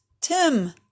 Tim